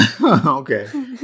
Okay